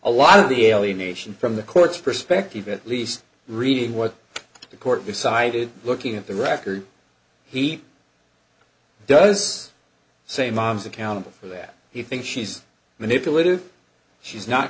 a lot of the alienation from the court's perspective at least reading what the court decided looking at the record he does say mom's accountable for that he thinks she's manipulative she's not